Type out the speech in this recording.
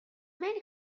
main